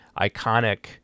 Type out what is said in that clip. iconic